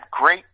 great